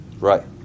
Right